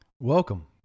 Welcome